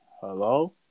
hello